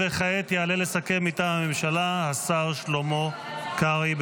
וכעת יעלה לסכם מטעם הממשלה השר שלמה קרעי.